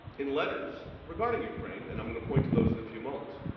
in letters regarding ukraine and i'm going to point to those in a few moments.